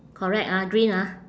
correct ah green ah